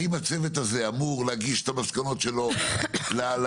האם הצוות הזה אמור להגיש את המסקנות שלו לשר,